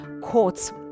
courts